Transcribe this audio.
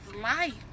life